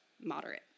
moderate